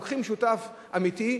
לוקחים שותף אמיתי,